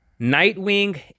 Nightwing